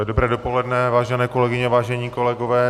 Dobré dopoledne, vážené kolegyně, vážení kolegové.